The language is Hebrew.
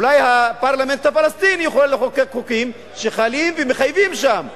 אולי הפרלמנט הפלסטיני יכול לחוקק חוקים שחלים ומחייבים שם,